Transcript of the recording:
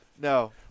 No